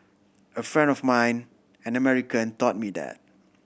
a friend of mine an American taught me that